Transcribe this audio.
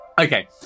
Okay